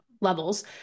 levels